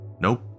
Nope